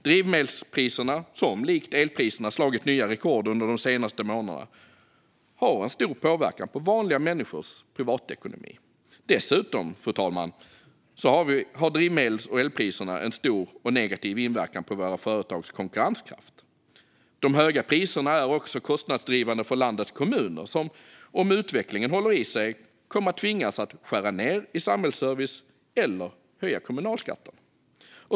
Drivmedelspriserna, som, likt elpriserna, har slagit nya rekord under de senaste månaderna, har en stor påverkan på vanliga människors privatekonomi. Dessutom, fru talman, har drivmedels och elpriserna en stor och negativ inverkan på våra företags konkurrenskraft. De höga priserna är också kostnadsdrivande för landets kommuner, som om utvecklingen håller i sig kommer att tvingas att skära ned på samhällsservicen eller höja kommunalskatten.